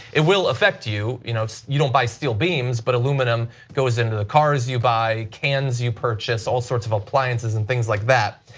it will affect you, you know you don't buy steel beams but aluminum goes into the cars you buy, cans you purchase, all sorts of appliances and things like that,